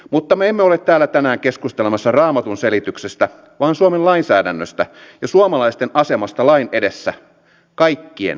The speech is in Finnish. mutta me emme ole täällä tänään keskustelemassa raamatunselityksestä vaan suomen lainsäädännöstä ja suomalaisten asemasta lain edessä kaikkien suomalaisten